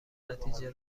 نتیجه